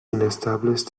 inestables